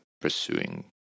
pursuing